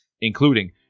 including